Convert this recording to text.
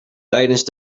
tijdens